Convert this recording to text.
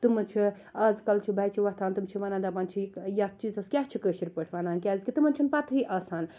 تِم چھِ آزکَل چھِ بَچہِ وۄتھان تِم چھِ وَنان دَپان چھِ یتھ چیٖزَس کیاہ چھِ کٲشِر پٲٹھۍ وَنان کیاز کہِ تِمَن چھَ نہٕ پَتہٕے آسان